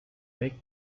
make